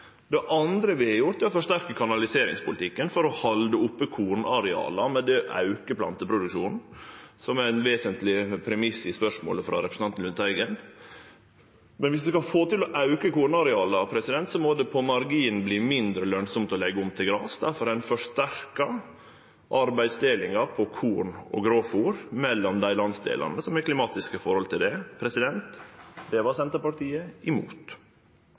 Det andre vi har gjort, er å forsterke kanaliseringspolitikken for å halde oppe kornareala og slik auke planteproduksjonen, som er ein vesentleg premiss i spørsmålet frå representanten Lundteigen. Men viss vi skal få til å auke kornareala, må det på marginen verte mindre lønsamt å leggje om til gras. Difor har ein forsterka arbeidsdelinga på korn og grovfôr mellom dei landsdelane som har klimatiske forhold for det. Det var Senterpartiet imot.